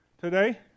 today